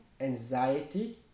anxiety